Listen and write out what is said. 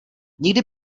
nikdy